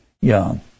young